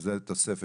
- שזה תוספת,